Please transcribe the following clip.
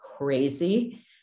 Crazy